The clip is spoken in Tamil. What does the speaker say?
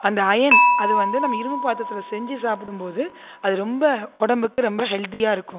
அந்த அயன் அதுவந்து நாம இரும்பு பாத்திரத்தில் செஞ்சு சாப்பிடும்போது அது ரொம்ப உடம்புக்கு ரொம்ப ஹெல்த்தியாக இருக்கும்